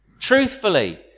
truthfully